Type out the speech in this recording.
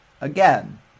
Again